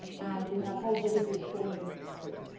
and we have whole villages falling into the sea.